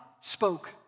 spoke